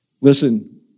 Listen